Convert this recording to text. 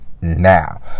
now